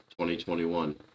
2021